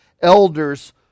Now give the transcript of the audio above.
elders